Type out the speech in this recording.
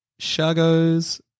Shago's